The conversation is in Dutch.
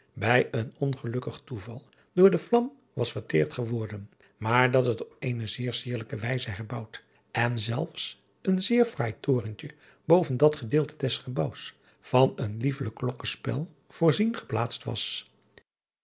bij een ongelukkig toeval door de vlam was verteerd geworden maar dat het op eene zeer sierlijke wijze herbouwd en zelfs een zeer fraai torentje boven dat gedeelte des gebouws van een liefelijk klokkespel voorzien geplaatst was